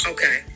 Okay